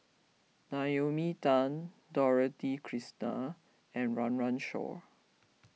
Naomi Tan Dorothy Krishnan and Run Run Shaw